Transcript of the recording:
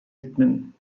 widmen